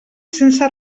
sense